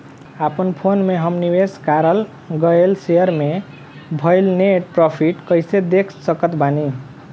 अपना फोन मे हम निवेश कराल गएल शेयर मे भएल नेट प्रॉफ़िट कइसे देख सकत बानी?